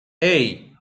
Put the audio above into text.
hey